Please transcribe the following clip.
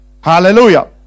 Hallelujah